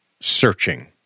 searching